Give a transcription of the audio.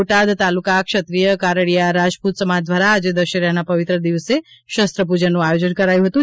બોટાદ તાલુકા ક્ષત્રિય કારડીયા રાજપૂત સમાજ દ્વારા આજે દૃશેરના પવિત્ર દિવસે શસ્ત્ર પૂજન નું આયોજન કરવામાં આવ્યું હતું